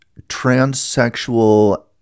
transsexual